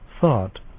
thought